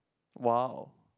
!wow!